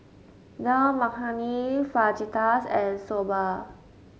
Dal Makhani Fajitas and Soba